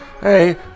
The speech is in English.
hey